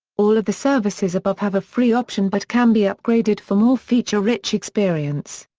all of the services above have a free option but can be upgraded for more feature rich experience.